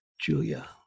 Julia